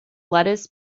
lettuce